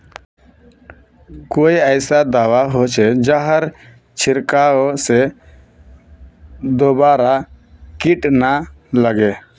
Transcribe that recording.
कोई ऐसा दवा होचे जहार छीरकाओ से दोबारा किट ना लगे?